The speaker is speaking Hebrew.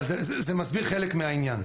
אבל זה מסביר חלק מהעניין.